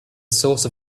source